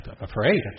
afraid